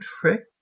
trick